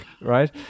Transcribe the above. Right